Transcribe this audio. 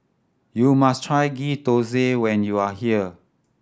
you must try Ghee Thosai when you are here